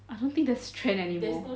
I don't think there's trend anymore